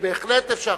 ובהחלט אפשר.